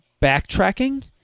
backtracking